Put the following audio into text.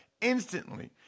instantly